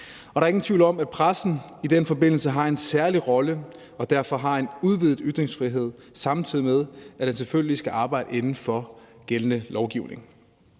Der er ingen tvivl om, at pressen i den forbindelse har en særlig rolle og derfor har en udvidet ytringsfrihed, samtidig med at den selvfølgelig skal arbejde inden for gældende lovgivning.